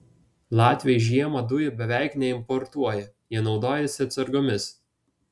latviai žiemą dujų beveik neimportuoja jie naudojasi atsargomis